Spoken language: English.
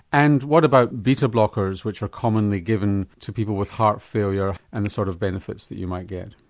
and what about beta blockers which are commonly given to people with heart failure and the sort of benefits that you might get?